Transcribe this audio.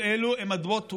כל אלו הן אדמות וקף.